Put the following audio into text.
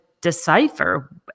decipher